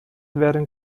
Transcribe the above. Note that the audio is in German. werden